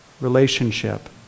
relationship